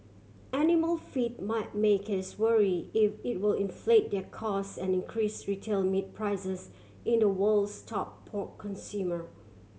animal feed might makers worry it it will inflate their cost and increase retail meat prices in the world's top pork consumer